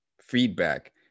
feedback